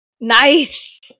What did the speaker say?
Nice